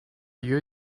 your